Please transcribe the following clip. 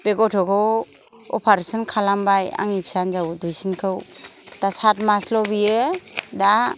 बे गथ'खौ अफारेसन खालामबाय आंनि फिसा हिनजाव दुइसिनखौ दा साथ मासल' बियो दा